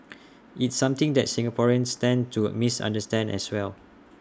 it's something that Singaporeans tend to misunderstand as well